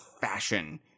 fashion